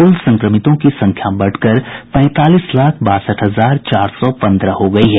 कुल संक्रमितों की संख्या बढ़कर पैंतालीस लाख बासठ हजार चार सौ पन्द्रह हो गयी है